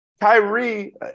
Kyrie